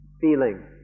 feeling